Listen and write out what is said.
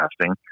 casting